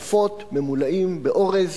עופות ממולאים באורז